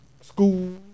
school